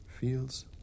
feels